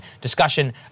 discussion